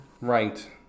Right